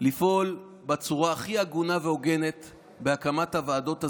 לפעול בצורה הכי הגונה והוגנת כלפי האופוזיציה בהקמת הוועדות הזמניות.